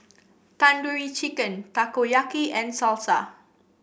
Tandoori Chicken Takoyaki and Salsa